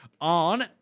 on